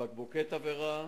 ובקבוקי תבערה,